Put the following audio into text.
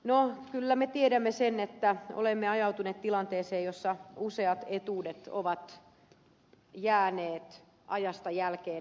no kyllä me tiedämme sen että olemme ajautuneet tilanteeseen jossa useat etuudet ovat jääneet ajasta jälkeen